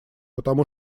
потому